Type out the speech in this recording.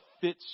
fits